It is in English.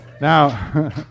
Now